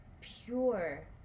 pure